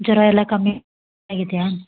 ಜ್ವರ ಎಲ್ಲ ಕಮ್ಮಿ ಆಗಿದೆಯಾ